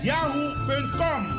Yahoo.com